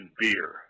beer